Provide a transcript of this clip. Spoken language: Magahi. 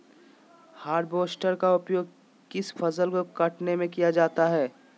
हार्बेस्टर का उपयोग किस फसल को कटने में किया जाता है?